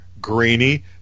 grainy